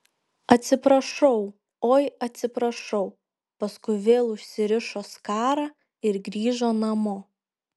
atsiprašau oi atsiprašau paskui vėl užsirišo skarą ir grįžo namo